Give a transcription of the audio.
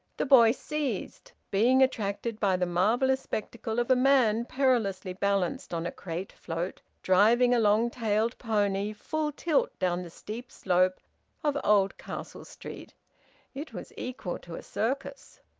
the boy ceased, being attracted by the marvellous spectacle of a man perilously balanced on a crate-float driving a long-tailed pony full tilt down the steep slope of oldcastle street it was equal to a circus.